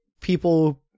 people